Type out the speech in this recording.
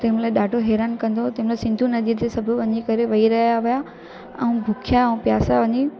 तंहिं महिल ॾाढो हैरानु कंदो हो तंहिं महिल सिंधु नदीअ ते सभु वञी करे वई रहिया हुआ ऐं बुखिया ऐं पियासा वञी